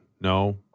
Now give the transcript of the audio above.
No